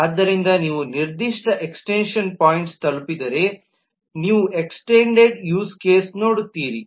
ಆದ್ದರಿಂದ ನೀವು ನಿರ್ದಿಷ್ಟ ಎಕ್ಸಟೆನ್ಶನ್ ಪಾಯಿಂಟ್ಸ್ನ್ನು ತಲುಪಿದರೆ ನೀವು ಎಕ್ಸ್ಟೆಂಡೆಡ್ ಯೂಸ್ ಕೇಸ್ ನೋಡುತ್ತೀರಿ